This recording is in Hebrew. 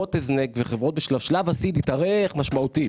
חברות הזנק וחברות בשלב הסיד התארך משמעותית,